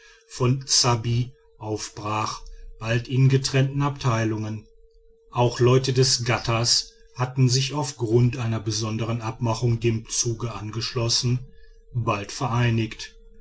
von ssabbi aufbrach bald in getrennten abteilungen auch leute des ghattas hatten sich auf grund einer besonderen abmachung dem zuge angeschlossen bald vereinigt